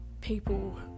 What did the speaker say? people